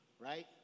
right